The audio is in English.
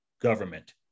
government